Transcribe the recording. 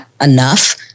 enough